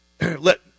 Let